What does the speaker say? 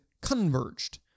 converged